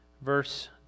verse